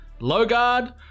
Logard